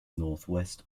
northwest